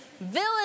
Village